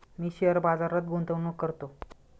मी share बाजारात गुंतवणूक करतो